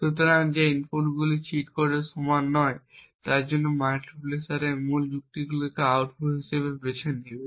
সুতরাং যে ইনপুটগুলি চিট কোডের সমান নয় তার জন্য মাল্টিপ্লেক্সার মূল যুক্তিটিকে আউটপুট হিসাবে বেছে নেবে